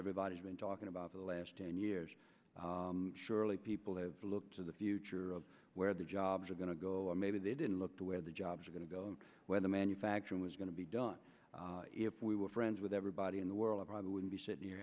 everybody's been talking about the last ten years surely people have to look to the future of where the jobs are going to go or maybe they didn't look to where the jobs are going to go and where the manufacturing was going to be done if we were friends with everybody in the world i probably wouldn't be sitting here